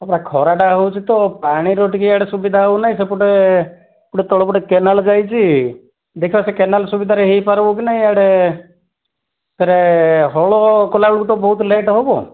ପରା ଖରାଟା ହେଉଛି ତ ପାଣିର ଟିକିଏ ଇଆଡ଼େ ସୁବିଧା ହେଉ ନାହିଁ ସେପଟେ ଗୋଟେ ତଳ ପଟେ କେନାଲ୍ ଯାଇଛି ଦେଖ ସେ କେନାଲ୍ ସୁବିଧାରେ ହୋଇପାରିବ କି ନାହିଁ ଇଆଡ଼େ ଫେର ହଳ କଲା ବେଳକୁ ତ ବହୁତ ଲେଟ୍ ହେବ